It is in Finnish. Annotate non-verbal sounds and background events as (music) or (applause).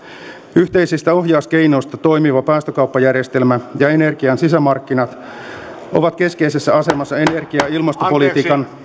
yhteisistä ohjauskeinoista toimiva päästökauppajärjestelmä ja energian sisämarkkinat ovat keskeisessä asemassa energia ja ilmastopolitiikan (unintelligible)